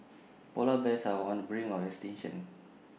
Polar Bears are on the brink of extinction